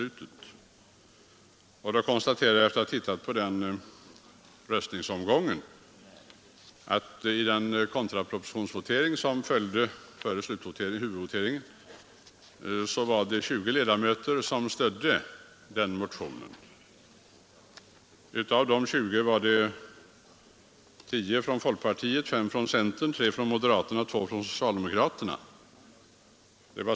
Efter att ha tittat på siffrorna från den röstningsomgången konstaterar jag att det vid den kontrapropositionsvotering som skedde före huvudvoteringen var 20 ledamöter som stödde vårt motionsyrkande. Av de 20 ledamöterna var tio folkpartister, fem centerpartister, tre moderater och två socialdemokrater.